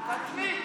תתמיד.